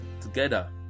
together